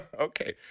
Okay